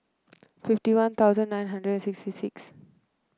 fifty One Thousand and nine hundred and sixty six